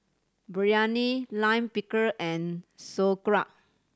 Biryani Lime Pickle and Sauerkraut